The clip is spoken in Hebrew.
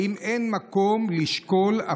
האם אין מקום לשקול,